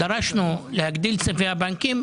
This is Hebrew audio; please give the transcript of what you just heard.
דרשנו להגדיל את סניפי הבנקים,